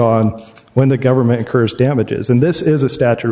on when the government occurs damages and this is a statu